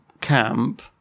camp